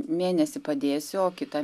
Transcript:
mėnesį padėsiu o kitą